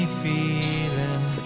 feeling